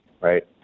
Right